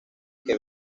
que